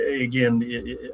again